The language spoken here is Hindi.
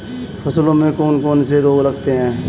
फसलों में कौन कौन से रोग लगते हैं?